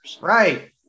Right